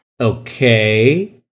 Okay